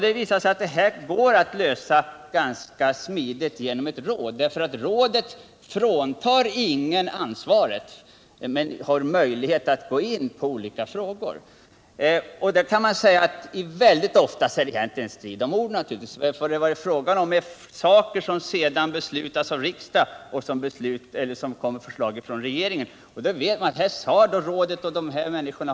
Det visade sig att det går ganska smidigt att lösa dessa problem genom ett råd, därför att rådet fråntar ingen ansvaret men har möjlighet att gå in på olika frågor. Mycket ofta är det fråga om saker som kommer som förslag från myndigheten till regeringen och sedan kanske beslutas av riksdagen.